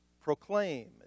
proclaim